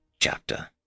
Chapter